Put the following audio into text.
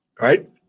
Right